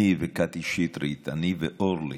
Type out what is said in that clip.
קטי שטרית, אורלי